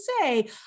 say